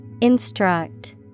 Instruct